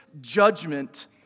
judgment